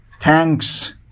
Thanks